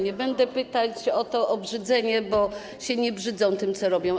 Nie będę pytać o to obrzydzenie, bo się nie brzydzą tym, co robią.